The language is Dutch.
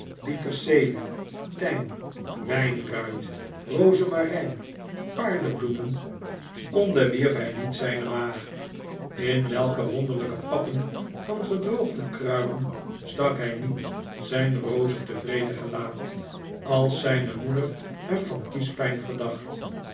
thym wpruit rozamaryn paardebloemen onderwierp hy niet zyne maag in welke wonderlijke pappen van gedroogde kruiden stak hy niet zyn rozig tevreden gelaat als zyne moeder hem van kiespijn verdacht